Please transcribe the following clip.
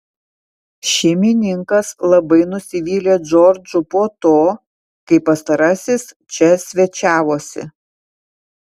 šeimininkas labai nusivylė džordžu po to kai pastarasis čia svečiavosi